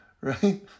right